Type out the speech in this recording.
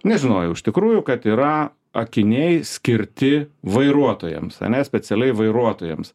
nežinojau iš tikrųjų kad yra akiniai skirti vairuotojams ane specialiai vairuotojams